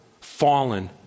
fallen